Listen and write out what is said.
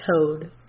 Toad